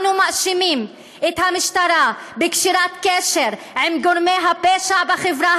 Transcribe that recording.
אנו מאשימים את המשטרה בקשירת קשר עם גורמי הפשע בחברה